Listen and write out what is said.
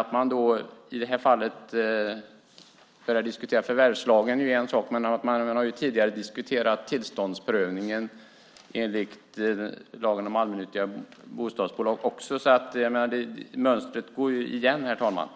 Att man i det här fallet börjar diskutera förvärvslagen är en sak, man har tidigare diskuterat tillståndsprövningen enligt lagen om allmännyttiga bostadsbolag också. Mönstret går igen, herr talman.